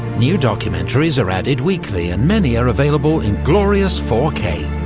new documentaries are added weekly and many are available in glorious four k.